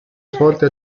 svolte